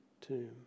tomb